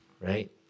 right